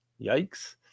Yikes